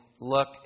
look